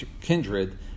kindred